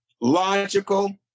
logical